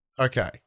Okay